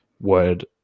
word